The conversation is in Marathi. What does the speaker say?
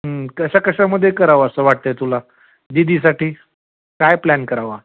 हं कशाकशामध्ये करावं असं वाटतं आहे तुला दीदीसाठी काय प्लॅन करावा